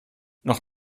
noch